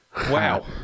Wow